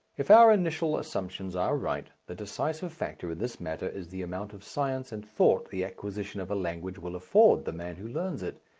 if our initial assumptions are right, the decisive factor in this matter is the amount of science and thought the acquisition of a language will afford the man who learns it.